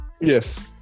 Yes